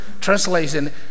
translation